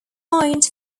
fined